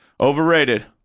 Overrated